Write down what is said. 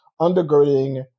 undergirding